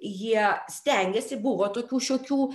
jie stengėsi buvo tokių šiokių